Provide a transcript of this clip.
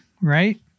right